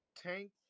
Tank